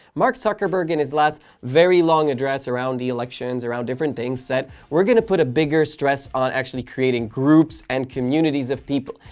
mark zuckerberg in his last very long address around the elections, around different things said we're gonna put a bigger stress on actually creating groups and communities of people.